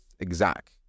exact